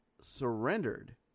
surrendered